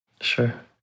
Sure